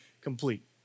complete